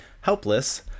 Helpless